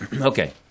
Okay